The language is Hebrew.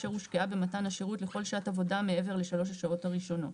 אשר הושקעה במתן השירות לכל שעת עבודה מעבר לשלוש השעות הראשונות.